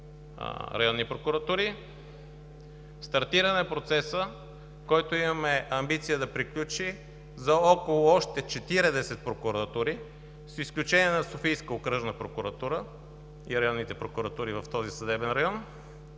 районни прокуратури. Стартиран е процесът, който имаме амбиция да приключи за около още 40 прокуратури, с изключение на Софийска окръжна прокуратура и районните прокуратури в този съдебен район.